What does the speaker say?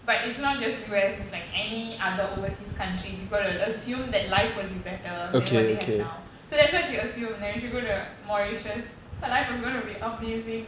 but it's not just U_S it's like any other overseas country people will assume that life will be better than what they have now so that's why she assume that when she go to mauritius her life was gonna be amazing